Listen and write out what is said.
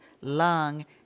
lung